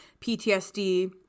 ptsd